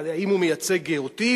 אבל האם הוא מייצג אותי?